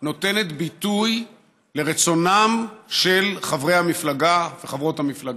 נותנת ביטוי לרצונם של חברי המפלגה וחברות המפלגה.